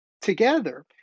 together